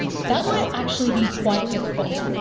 that might actually be quite difficult.